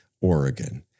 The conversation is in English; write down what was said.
Oregon